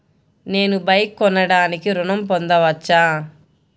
నేను బైక్ కొనటానికి ఋణం పొందవచ్చా?